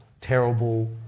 terrible